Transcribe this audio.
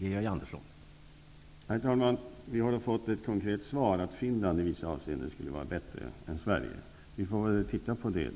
Herr talman! Vi har fått ett konkret svar, att Finland i vissa avseenden skulle vara bättre än Sverige. Vi får titta på det